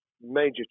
major